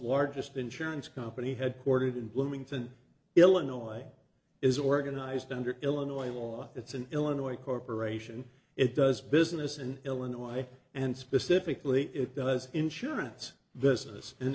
largest insurance company headquartered in bloomington illinois is organized under illinois law it's an illinois corporation it does business in illinois and specifically it does insurance business in